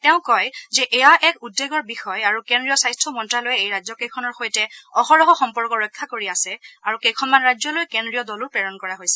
তেওঁ কয় যে এয়া এক উদ্বেগৰ বিষয় আৰু কেন্দ্ৰীয় স্বাস্থ্য মন্ত্যালয়ে এই ৰাজ্যকেইখনৰ সৈতে অহৰহ সম্পৰ্ক ৰক্ষা কৰি আছে আৰু কেইখনমান ৰাজ্যলৈ কেন্দ্ৰীয় দলো প্ৰেৰণ কৰা হৈছে